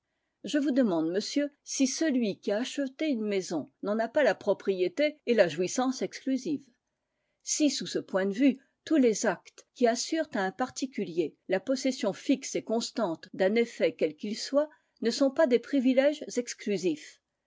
je vous demande monsieur si celui qui a acheté une maison n'en a pas la propriété et la jouissance exclusive si sous ce point de vue tous les actes qui assurent à un particulier la possession fixe et constante d'un effet quel qu'il soit ne sont pas des privilèges exclusifs